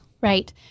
Right